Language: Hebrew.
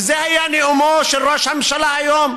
וזה היה נאומו של ראש הממשלה היום.